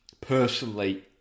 personally